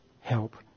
help